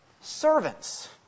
Servants